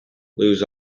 lose